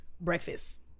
breakfast